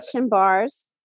bars